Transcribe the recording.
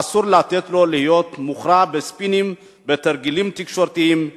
ואסור לתת לו להיות מוכרע בספינים ובתרגילים תקשורתיים.